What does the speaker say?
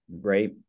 right